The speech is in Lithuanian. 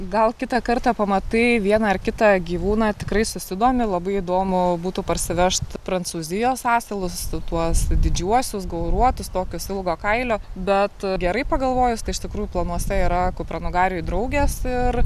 gal kitą kartą pamatai vieną ar kitą gyvūną tikrai susidomi labai įdomu būtų parsivežt prancūzijos asilus tuos didžiuosius gauruotus tokios ilgo kailio bet gerai pagalvojus tai iš tikrųjų planuose yra kupranugariui draugės ir